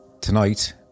tonight